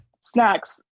snacks